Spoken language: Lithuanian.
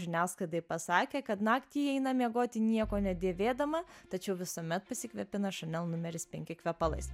žiniasklaidai pasakė kad naktį ji eina miegoti nieko nedėvėdama tačiau visuomet pasikvėpina chanel numeris penki kvepalais